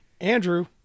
Andrew